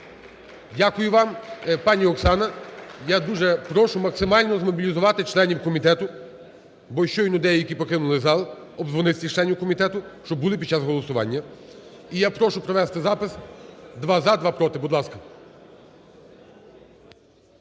Дякую вам. Пані Оксана, я дуже прошу максимально змобілізувати членів комітету, бо щойно деякі покинули зал, обдзвонити всіх членів комітету, щоб були під час голосування. І я прошу провести запис: два – за, два – проти. Будь ласка.